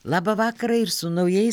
labą vakarą ir su naujais